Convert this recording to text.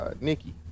Nikki